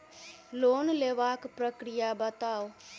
Loan लेबाक प्रक्रिया बताऊ?